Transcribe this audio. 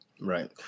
Right